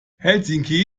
helsinki